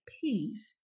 peace